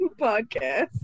podcast